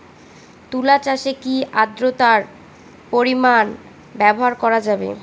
তুলা চাষে কি আদ্রর্তার পরিমাণ ব্যবহার করা যাবে?